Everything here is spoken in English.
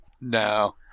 No